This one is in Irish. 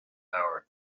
mbord